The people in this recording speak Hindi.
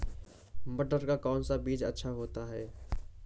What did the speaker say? मटर का कौन सा बीज अच्छा होता हैं?